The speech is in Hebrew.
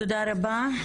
תודה רבה.